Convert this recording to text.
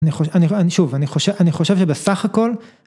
שוב, אני חושב שבסך הכל.